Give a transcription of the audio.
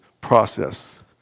process